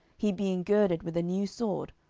he being girded with a new sword,